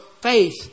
faith